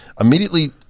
immediately